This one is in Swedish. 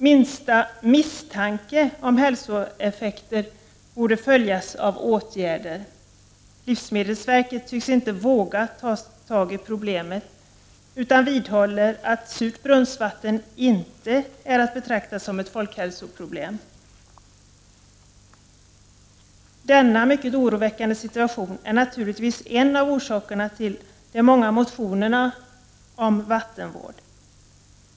Minsta misstanke om effekter på hälsan borde följas av åtgärder. Livsmedelsverket tycks dock inte våga börja arbeta med problemet utan vidhåller i ställer att surt brunnsvatten inte är att — Prot. 1989/90:36 betrakta som ett folkhälsoproblem. 30 november 1990 Denna mycket oroväckande situation är naturligtvis en av orsakerna till. de många motionerna om vattenvård.